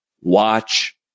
watch